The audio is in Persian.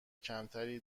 کمتر